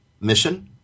mission